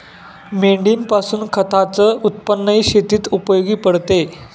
मेंढीपासून खताच उत्पन्नही शेतीत उपयोगी पडते